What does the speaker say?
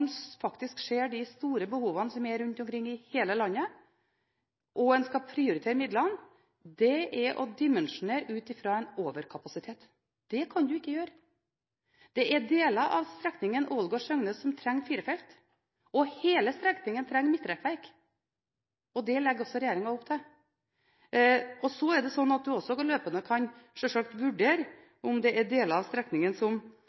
en faktisk ser de store behovene som er rundt omkring i hele landet, og en skal prioritere midlene, er å dimensjonere ut ifra en overkapasitet. Det kan en ikke gjøre. Det er deler av strekningen Ålgård–Søgne som trenger firefelt, og hele strekningen trenger midtrekkverk. Det legger regjeringen opp til. Det er også slik at en løpende kan vurdere om det er deler av strekningen som